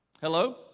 Hello